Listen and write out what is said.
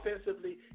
offensively